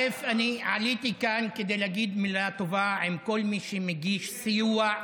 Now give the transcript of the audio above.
עליתי לכאן כדי להגיד מילה טובה לכל מי שמגיש סיוע.